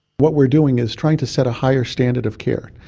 what we're doing is trying to set a higher standard of care.